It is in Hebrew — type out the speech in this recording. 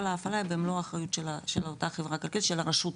כל ההפעלה היא במלא האחריות של אותה חברה כלכלית של הרשות,